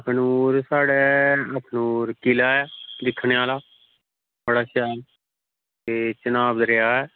अखनूर साढ़े अखनूर किला ऐ दिक्खने आह्ला बड़ा शैल ते चिनाब दरेआ ऐ